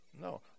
No